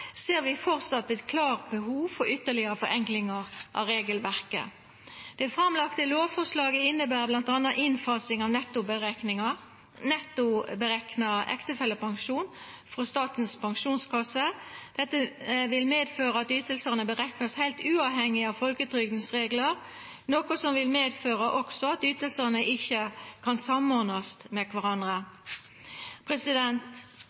ser vi framleis eit klart behov for ytterlegare forenklingar av regelverket. Det framlagte lovforslaget inneber bl.a. innfasing av nettoberekna ektefellepensjon frå Statens pensjonskasse. Dette vil medføra at ytingane vert berekna heilt uavhengig av reglane i folketrygda, noko som også vil føra til at ytingane ikkje kan samordnast med kvarandre.